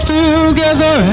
together